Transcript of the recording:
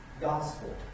gospel